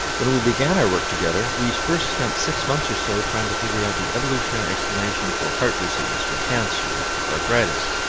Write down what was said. when we began our work together, we first spent six months or so trying to figure out the evolutionary explanation for heart disease, for cancer, for arthritis.